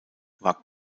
war